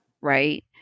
right